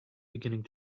beginning